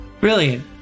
Brilliant